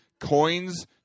Coins